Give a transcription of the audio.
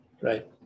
right